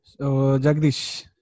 Jagdish